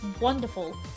wonderful